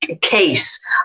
case